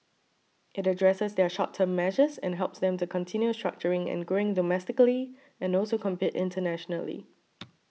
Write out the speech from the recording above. it addresses their short term measures and helps them to continue structuring and growing domestically and also compete internationally